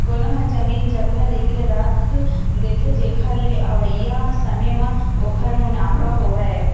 कोनो ह जमीन जघा लेके रख देथे, जेखर ले अवइया समे म ओखर मुनाफा होवय